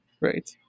right